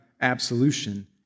absolution